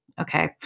Okay